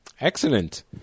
Excellent